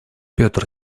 петр